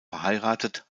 verheiratet